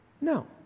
No